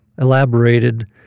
elaborated